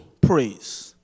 praise